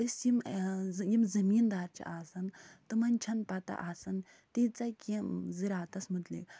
أسۍ یِم یِم زٔمیٖن دار چھِ آسان تِمن چھنہٕ پتہ آسان تیٖژاہ کیٚنٛہہ زِراتس متعلق